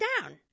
down